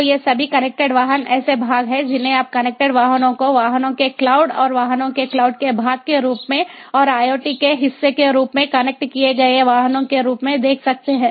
तो ये सभी कनेक्टेड वाहन ऐसे भाग हैं जिन्हें आप कनेक्टेड वाहनों को वाहनों के क्लाउड और वाहनों के क्लाउड के भाग के रूप में और IoT के हिस्से के रूप में कनेक्ट किए गए वाहनों के रूप में देख सकते हैं